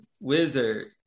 wizard